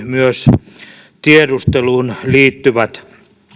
myös tiedusteluun liittyvät